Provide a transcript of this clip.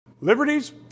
Liberties